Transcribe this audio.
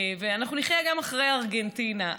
ואנחנו נחיה גם אחרי ארגנטינה.